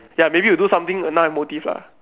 ya maybe you do something now have motive lah